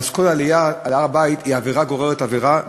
אז כל עלייה על הר-הבית היא עבירה גוררת עבירה,